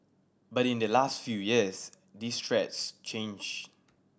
but in the last few years these threats changed